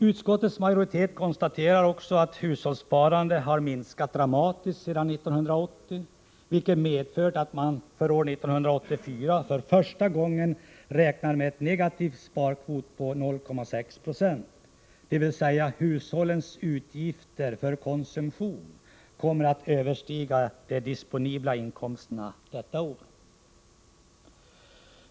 Utskottets majoritet konstaterar också att hushållssparandet har minskat dramatiskt sedan 1980, vilket medfört att man för år 1984 för första gången räknar med en negativ sparkvot på 0,6 70, dvs. hushållens utgifter för konsumtion kommer att överstiga de disponibla inkomsterna.